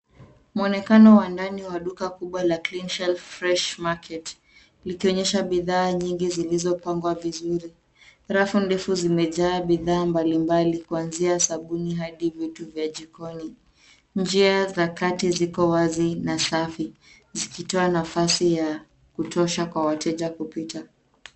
Mwonekano wa ndani wa duka kubwa la Clean Shelf Fresh Market likionyesha bidhaa nyingi zilizopangwa vizuri. Rafu ndefu zimejaa bidhaa mbalimbali kuanzia sabuni hadi vitu vya jikoni. Njia za kati ziko wazi na safi zikitoa nafasi ya kutosha kwa wateja kupita.